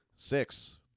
six